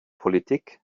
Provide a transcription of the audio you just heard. politik